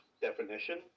definition